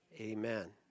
Amen